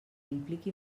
impliqui